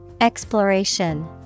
Exploration